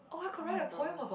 oh-my-gosh